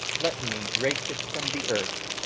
let me rake it from the earth.